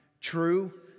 true